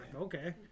okay